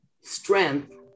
strength